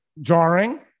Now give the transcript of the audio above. jarring